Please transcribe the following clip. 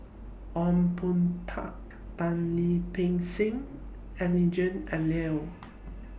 Ong Boon Tat Tan Lip Ping Seng